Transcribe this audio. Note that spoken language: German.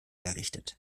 errichtet